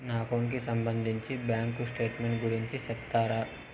నా అకౌంట్ కి సంబంధించి బ్యాంకు స్టేట్మెంట్ గురించి సెప్తారా